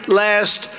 last